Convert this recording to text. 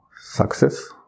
success